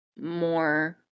more